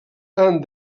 han